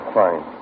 fine